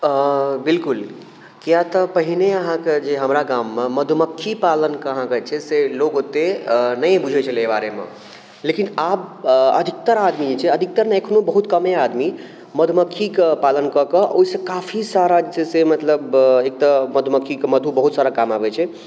बिलकुल किए तऽ पहिने अहाँके जे हमरा गाममे मधुमक्खी पालन के अहाँके जे छै लोग ओते नहि बुझै छलै बारे मे लेकिन आब अधिकतर आदमी जे छै अधिकतर नहि अखनो बहुत कमे आदमी मधुमक्खी के पालन कऽ कऽ ओहिसँ काफी सारा जे छै से मतलब एक तऽ मधुमक्खी के मधु बहुत सारा काम आबै छै